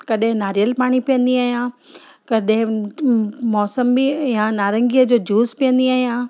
कॾहिं नारेल पाणी पीअंदी आहियां कॾहिं मौसंबी या नारंगीअ जो जूस पीअंदी आहियां